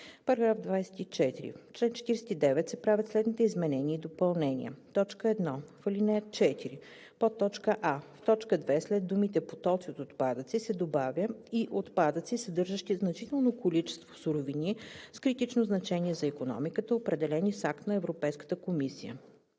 § 24: „§ 24. В чл. 49 се правят следните изменения и допълнения: 1. В ал. 4: а) в т. 2 след думите „потоци от отпадъци“ се добавя „и отпадъци, съдържащи значително количество суровини с критично значение за икономиката, определени с акт на Европейската комисия“;